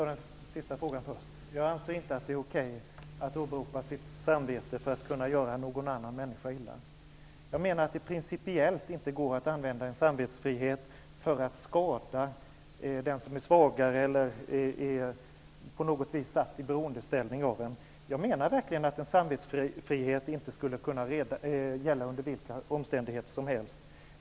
Herr talman! Nej, jag anser inte att det är okej att åberopa sitt samvete för att kunna göra någon annan människa illa. Jag menar att det principiellt inte går att använda en samvetsfrihet för att skada den som är svagare eller står i beroendeställning. Jag menar verkligen att en samvetsfrihet inte skall kunna gälla under vilka omständigheter som helst.